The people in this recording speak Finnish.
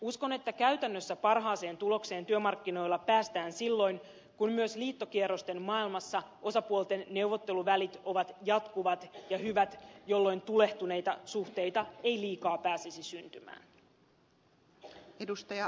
uskon että käytännössä parhaaseen tulokseen työmarkkinoilla päästään silloin kun myös liittokierrosten maailmassa osapuolten neuvotteluvälit ovat jatkuvat ja hyvät jolloin tulehtuneita suhteita ei liikaa pääsisi syntymään